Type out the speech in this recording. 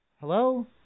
Hello